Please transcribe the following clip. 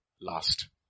last